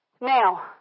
Now